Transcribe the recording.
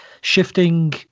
shifting